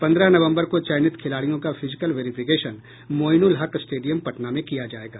पंद्रह नवंबर को चयनित खिलाड़ियों का physical verification Moinul Haq stadium Patna में किया जाएगा